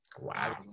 Wow